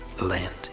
land